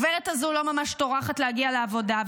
הגברת הזאת לא ממש טורחת להגיע לעבודה,